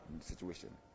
situation